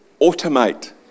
automate